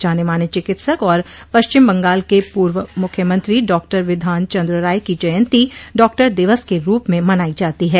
जाने माने चिकित्सक और पश्चिम बंगाल के पूर्व मुख्यमंत्री डॉक्टर विधान चंद्र राय की जयंती डॉक्टर दिवस के रूप में मनाई जाती है